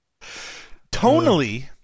Tonally